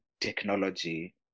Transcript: technology